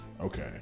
Okay